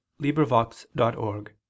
LibriVox.org